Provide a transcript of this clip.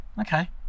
Okay